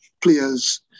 players